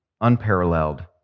unparalleled